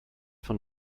von